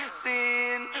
sin